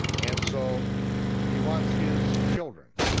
and so he wants his children,